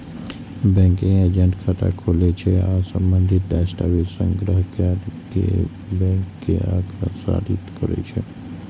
banking agent खाता खोलै छै आ संबंधित दस्तावेज संग्रह कैर कें बैंक के अग्रसारित करै छै